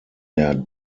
der